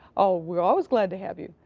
oh, we're always glad to have you.